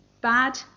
bad